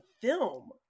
film